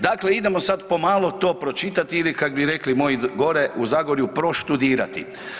Dakle, idemo sad pomalo to pročitati il kak bi rekli moji gore u Zagorju „proštudirati“